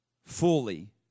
Fully